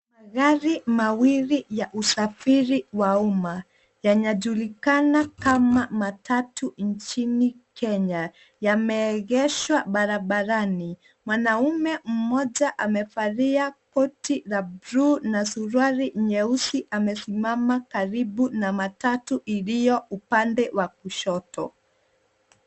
Magari mawili ya usafiri wa umma, yanayojulikana kama matatu nchini Kenya yameegeshwa barabarani. Mwanaume mmoja amevalia koti la bluu na suruali nyeusi amesimama karibu na matatu iliyo upande wa kushoto.